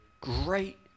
Great